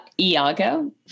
iago